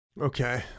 Okay